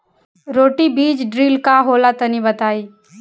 Roto बीज drill का होला तनि बताई?